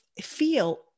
feel